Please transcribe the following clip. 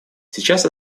сейчас